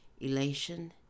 Elation